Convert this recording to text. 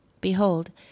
Behold